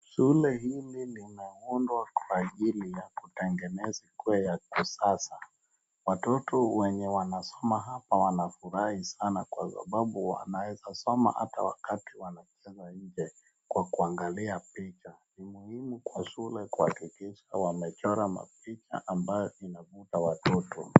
Shule hili linaundwa kwa ajili ya kutengenezwa ikuwe ya kisasa. Watoto wenye wanasoma hapa wanafurahi sasa wanaeza soma hata wakati wanacheza nje kwa kuangalia picha. Ni muhimu kwa shule kuhakikisha wamechora mapicha ambayo inavuta watoto.